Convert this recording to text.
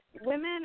women